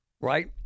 right